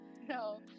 no